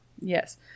Yes